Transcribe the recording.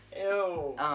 Ew